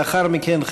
לאחר מכן,